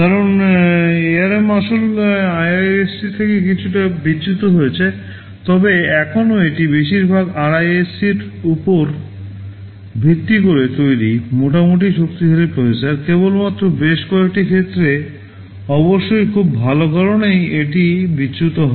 কারণ ARM আসল RISC এর উপর ভিত্তি করে তৈরি মোটামুটি শক্তিশালী প্রসেসর কেবলমাত্র বেশ কয়েকটি ক্ষেত্রে অবশ্যই খুব ভাল কারণেই এটি বিচ্যুত হয়